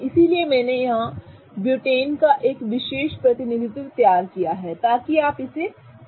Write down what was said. इसलिए मैंने यहां ब्यूटेन का एक विशेष प्रतिनिधित्व तैयार किया है ताकि आप इसे समझ सकें